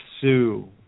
sue